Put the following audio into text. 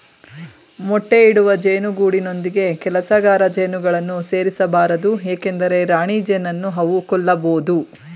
ಮೊಟ್ಟೆ ಇಡುವ ಜೇನು ಗೂಡಿನೊಂದಿಗೆ ಕೆಲಸಗಾರ ಜೇನುಗಳನ್ನು ಸೇರಿಸ ಬಾರದು ಏಕೆಂದರೆ ರಾಣಿಜೇನನ್ನು ಅವು ಕೊಲ್ಲಬೋದು